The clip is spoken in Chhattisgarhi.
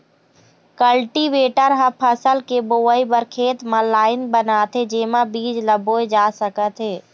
कल्टीवेटर ह फसल के बोवई बर खेत म लाईन बनाथे जेमा बीज ल बोए जा सकत हे